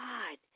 God